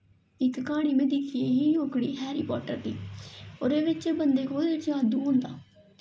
इक क्हानी में दिक्खी ही ओह्कड़ी हैरी पाटर दी ओह्दे बिच्च बंदे कोल जादू होंदा